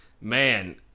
man